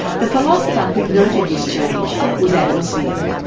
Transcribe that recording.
the philosopher who noted this changed was adam smith.